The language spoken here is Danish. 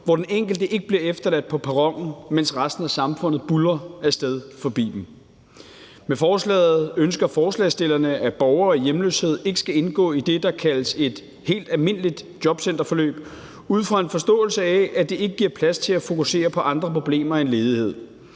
hvor den enkelte ikke bliver efterladt på perronen, mens resten af samfundet buldrer forbi. Med forslaget ønsker forslagsstillerne, at borgere i hjemløshed ikke skal indgå i det, der kaldes et helt almindeligt jobcenterforløb, ud fra en forståelse af, at det ikke giver plads til at fokusere på andre problemer end ledighed.